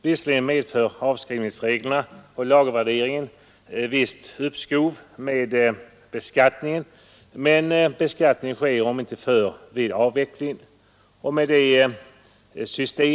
Visserligen medför avskrivningsreglerna och lagervärderingen visst uppskov med beskattningen, men beskattning sker, om inte förr, vid avvecklingen.